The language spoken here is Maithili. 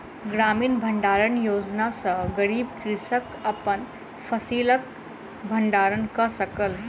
ग्रामीण भण्डारण योजना सॅ गरीब कृषक अपन फसिलक भण्डारण कय सकल